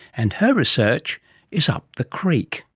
and her research is up the creek.